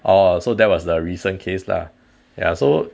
oh so that was the recent case lah ya so